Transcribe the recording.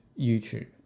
YouTube